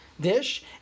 dish